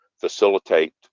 facilitate